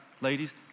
Ladies